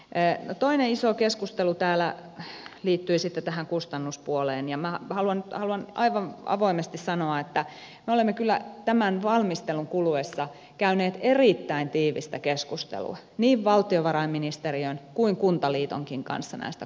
no toinen iso keskustelu täällä liittyi sitten tähän kustannuspuoleen ja minä haluan aivan avoimesti sanoa että me olemme kyllä tämän valmistelun kuluessa käyneet erittäin tiivistä keskustelua niin valtiovarainministeriön kuin kuntaliitonkin kanssa näistä kustannuksista